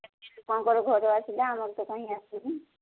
ଏତେ ଲୋକଙ୍କର ଘର ଆସିଲା ଆମର ତ କାହିଁକି ଆସିନି